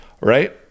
right